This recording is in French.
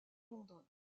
londres